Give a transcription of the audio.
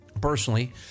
personally